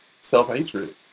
self-hatred